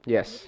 Yes